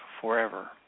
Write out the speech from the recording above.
forever